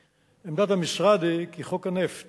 1. עמדת המשרד היא כי חוק הנפט